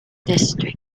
district